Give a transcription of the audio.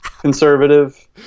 conservative